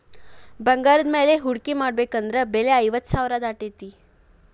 ಬಂಗಾರದ ಮ್ಯಾಲೆ ಹೂಡ್ಕಿ ಮಾಡ್ಬೆಕಂದ್ರ ಬೆಲೆ ಐವತ್ತ್ ಸಾವ್ರಾ ದಾಟೇತಿ